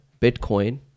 Bitcoin